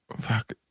Fuck